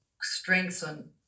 strengthen